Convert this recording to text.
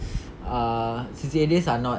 ah C_C_A days are not